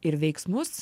ir veiksmus